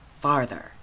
farther